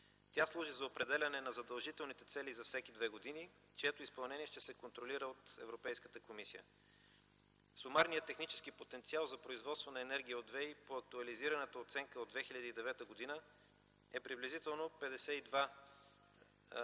Тя служи за определяне на задължителните цели за всеки две години, чието изпълнение ще се контролира от Европейската комисия. Сумарният технически потенциал за производство на енергия от ВЕИ по актуализираната оценка от 2009 г. е приблизително 52